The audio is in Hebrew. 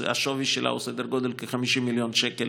השווי שלה הוא סדר גודל של כ-50 מיליון שקל,